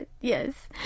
Yes